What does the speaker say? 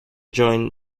join